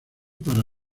para